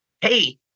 hey